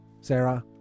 Sarah